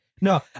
No